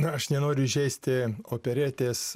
na aš nenoriu įžeisti operetės